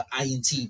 INT